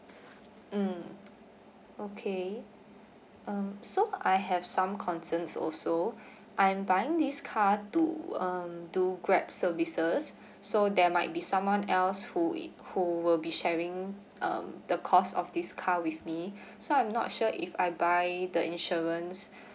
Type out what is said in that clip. mm okay um so I have some concerns also I'm buying this car to um do grab services so there might be someone else who it who will be sharing um the cost of this car with me so I'm not sure if I buy the insurance